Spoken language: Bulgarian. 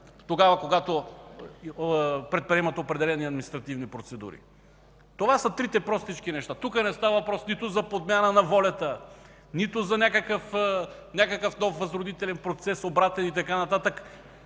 тогава, когато предприемат определени административни процедури. Това са трите простички неща. Тук не става въпрос нито за подмяна на волята, нито за някакъв нов обратен възродителен процес и така нататък.